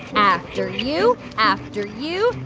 after you, after you,